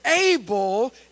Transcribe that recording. able